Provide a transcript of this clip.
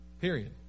period